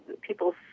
people